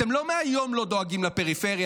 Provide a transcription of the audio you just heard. לא מהיום אתם לא דואגים לפריפריה,